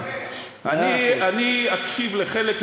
אני אקשיב לחלק,